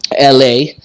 LA